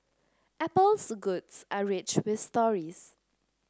apple's goods are rich with stories